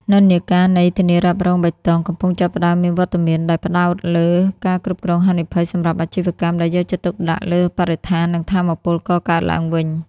និន្នាការនៃ "ធានារ៉ាប់រងបៃតង" កំពុងចាប់ផ្ដើមមានវត្តមាន ដែលផ្ដោតលើ ការគ្រប់គ្រងហានិភ័យ សម្រាប់អាជីវកម្មដែលយកចិត្តទុកដាក់លើបរិស្ថាន និងថាមពលកកើតឡើងវិញ។